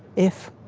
if,